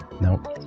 Nope